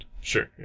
sure